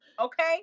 okay